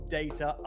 data